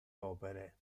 opere